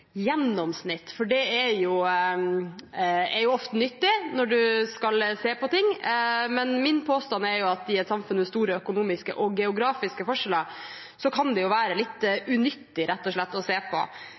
gjennomsnitt, for det er ofte nyttig når en skal se på ting, men min påstand er at i et samfunn med store økonomiske og geografiske forskjeller kan det rett og slett være litt